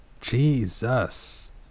Jesus